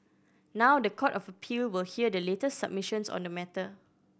now the Court of Appeal will hear the latest submissions on the matter